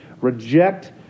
reject